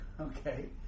Okay